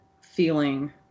feeling